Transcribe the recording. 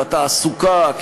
בתעסוקה.